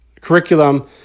curriculum